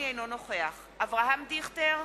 אינו נוכח אברהם דיכטר,